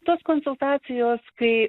tos konsultacijos kai